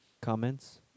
Comments